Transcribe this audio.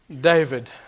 David